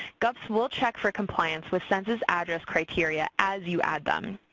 gups will check for compliance with census address criteria as you add them.